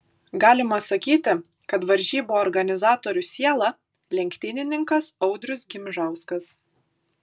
galima sakyti kad varžybų organizatorių siela lenktynininkas audrius gimžauskas